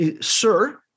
sir